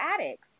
addicts